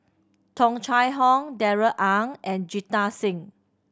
Tung Chye Hong Darrell Ang and Jita Singh